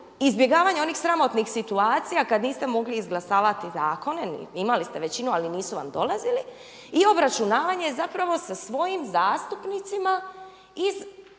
izbjegavanje onih sramotnih situacija kad niste mogli izglasavati zakone, imali ste većinu ali nisu vam dolazili i obračunavanje zapravo sa svojim zastupnicima iz